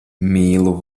mīlu